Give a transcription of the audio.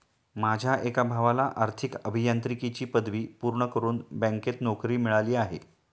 माझ्या एका भावाला आर्थिक अभियांत्रिकीची पदवी पूर्ण करून बँकेत नोकरी मिळाली आहे